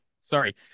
Sorry